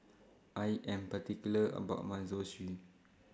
I Am particular about My Zosui